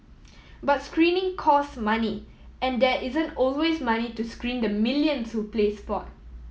but screening cost money and there isn't always money to screen the millions who play sport